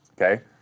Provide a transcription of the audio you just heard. Okay